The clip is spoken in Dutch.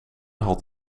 had